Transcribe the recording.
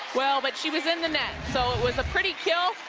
well, but she was in the net so it was a pretty kill,